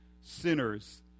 Sinners